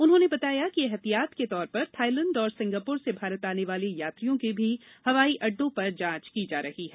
उन्होंने बताया कि एहतियात के तौर पर थाइलैंड और सिंगापुर से भारत आने वाले यात्रियों की भी हवाई अड्डों पर जांच की जा रही है